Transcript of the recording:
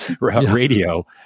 radio